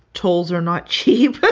tolls are not cheap.